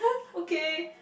okay